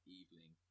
evening